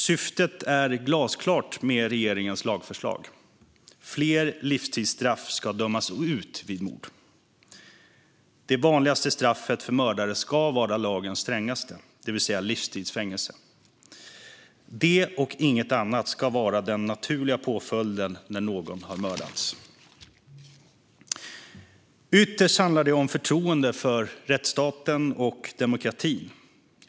Syftet med regeringens lagförslag är glasklart: Fler livstidsstraff ska dömas ut. Det vanligaste straffet för mördare ska vara lagens strängaste, det vill säga livstids fängelse. Det och inget annat ska vara den naturliga påföljden när någon har mördats. Ytterst handlar det om förtroendet för rättsstaten och demokratin.